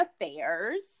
affairs